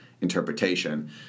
interpretation